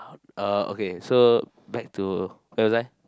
uh okay so back to where was I